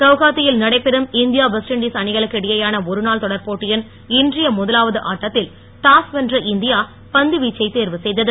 கவுகாத்தியில் நடைபெறும் India West Indies அணிகளுக்கு இடையேயான ஒருநாள் தொடர் போட்டியின் இன்றைய முதலாவது ஆட்டத்தில் டாஸ் வென்ற இந்தியா பந்துவீச்சை தேர்வு செய்தது